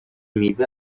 میوه